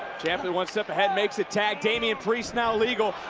ciampa one step ahead, makes a tag. damien priest now legal!